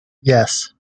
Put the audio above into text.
yes